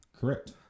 Correct